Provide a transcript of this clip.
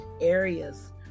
areas